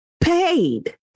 paid